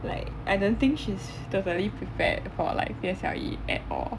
like I don't think she's totally prepared for like P_S_L_E at all